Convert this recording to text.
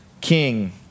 king